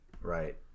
Right